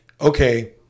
okay